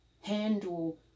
handle